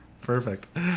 Perfect